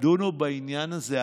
תדונו בעניין הזה.